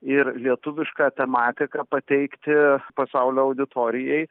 ir lietuviška tematika pateikti pasaulio auditorijai